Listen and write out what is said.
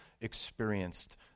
experienced